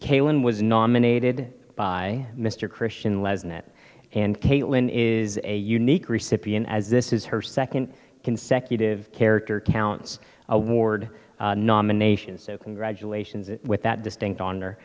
kalen was nominated by mr christian lies in it and caitlin is a unique recipient as this is her second consecutive character counts award nomination so congratulations with that distinct